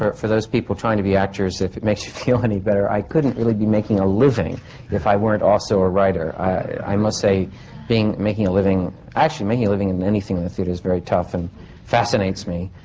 for. for those people trying to be actors. if it makes you feel any better. i couldn't really be making a living if i weren't also a writer. i must say, being. making a living. actually, making a living in anything in the theatre is very tough, and it fascinates me.